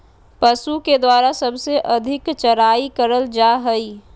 पशु के द्वारा सबसे अधिक चराई करल जा हई